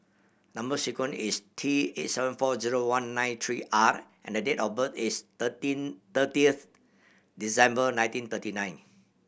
number sequence is T eight seven four zero one nine three R and date of birth is thirty thirtieth December nineteen thirty nine